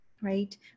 right